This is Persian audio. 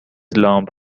لامپ